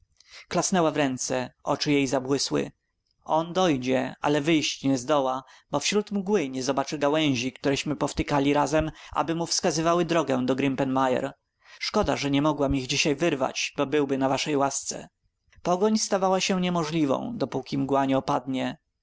grimpen mire klasnęła w ręce oczy jej zabłysły on dojdzie ale wyjść nie zdoła bo wśród mgły nie zobaczy gałęzi któreśmy powtykali razem aby mu wskazywały drogę do grimpen mire szkoda że nie mogłam ich dzisiaj wyrwać bo byłby na waszej łasce pogoń stawała się niemożliwą dopóki mgła nie opadnie